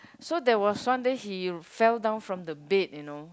so there was one day he fell down from the bed you know